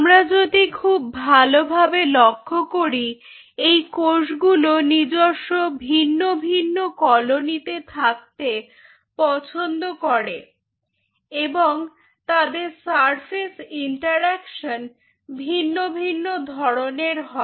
আমরা যদি খুব ভালোভাবে লক্ষ্য করি এই কোষগুলো নিজস্ব ভিন্ন ভিন্ন কলোনিতে থাকতে পছন্দ করে এবং এদের সারফেস ইন্টারএকশন ভিন্ন ভিন্ন ধরনের হয়